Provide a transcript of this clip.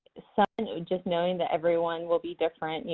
someone just knowing that everyone will be different, you